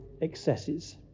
excesses